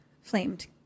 flamed